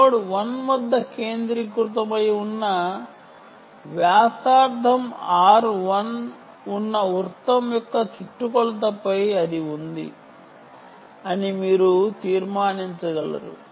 node 1 వద్ద కేంద్రీకృతమై ఉన్న వ్యాసార్థం r1 ఉన్న వృత్తం యొక్క చుట్టుకొలత పై ఉంది అని మీరు తీర్మానించగలరు